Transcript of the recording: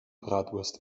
bratwurst